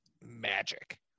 magic